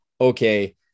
Okay